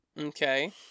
Okay